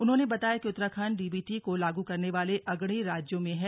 उन्होंने बताया कि उत्तराखण्ड डीबीटी को लागू करने वाले अग्रणी राज्यों में है